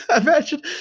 Imagine